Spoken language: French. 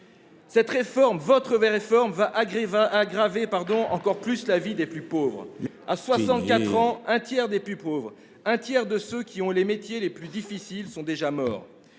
gens, des vies. Votre réforme va aggraver encore plus la vie des plus pauvres. À 64 ans, un tiers des plus pauvres, c'est-à-dire un tiers de ceux qui ont les métiers les plus difficiles, sont déjà morts.